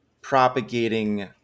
propagating